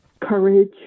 courage